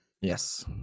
Yes